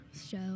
show